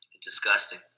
Disgusting